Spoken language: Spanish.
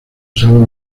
salón